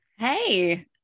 Hey